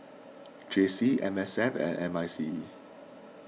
J C M S F and M I C E